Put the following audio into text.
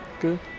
Good